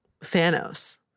Thanos